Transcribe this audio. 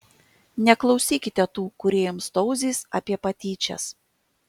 neklausykite tų kurie jums tauzys apie patyčias